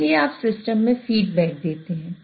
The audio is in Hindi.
इसलिए आप सिस्टम में फीडबैक देते हैं